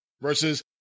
versus